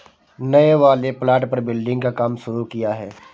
नए वाले प्लॉट पर बिल्डिंग का काम शुरू किया है